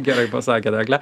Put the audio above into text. gerai pasakėt egle